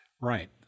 Right